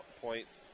points